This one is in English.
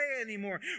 anymore